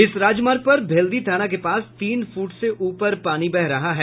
इस राजमार्ग पर भेल्दी थाना के पास तीन फुट से ऊपर पानी बह रहा है